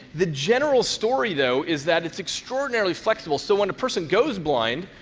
the general story, though, is that it's extraordinarily flexible. so when a person goes blind,